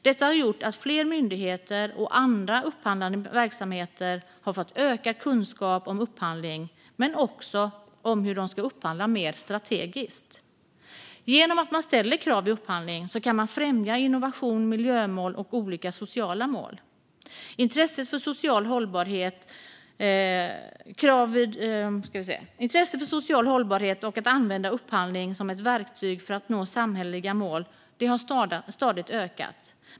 Detta har gjort att fler myndigheter och andra upphandlande verksamheter har fått ökad kunskap om upphandling och om hur de ska upphandla mer strategiskt. Genom att ställa krav vid upphandling kan man främja innovation, miljömål och olika sociala mål. Intresset för social hållbarhet och att använda upphandling som ett verktyg för att nå samhälleliga mål har stadigt ökat.